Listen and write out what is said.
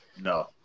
no